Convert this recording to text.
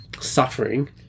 suffering